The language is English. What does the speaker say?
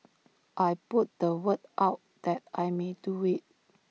I put the word out that I may do IT